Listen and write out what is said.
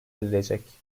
edilecek